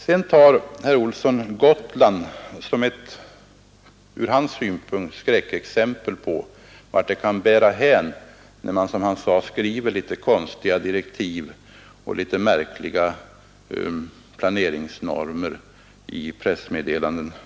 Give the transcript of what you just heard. Sedan tar herr Olsson Gotland som ett ur hans synpunkt skräckexempel på vart det kan bära hän när man, som han sade, skriver litet konstiga direktiv och litet märkliga planeringsnormer i pressmeddelanden.